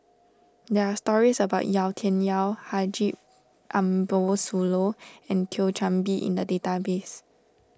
there are stories about Yau Tian Yau Haji Ambo Sooloh and Thio Chan Bee in the database